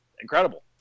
Incredible